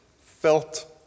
felt